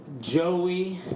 Joey